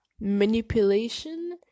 manipulation